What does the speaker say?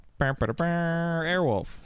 Airwolf